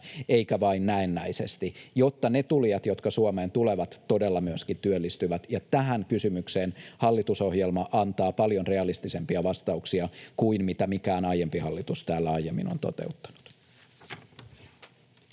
eikä vain näennäisesti, jotta ne tulijat, jotka Suomeen tulevat, todella myöskin työllistyvät. Tähän kysymykseen hallitusohjelma antaa paljon realistisempia vastauksia kuin mitä mikään aiempi hallitus täällä aiemmin on toteuttanut.